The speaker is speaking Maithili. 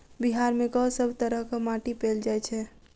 बिहार मे कऽ सब तरहक माटि पैल जाय छै?